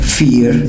fear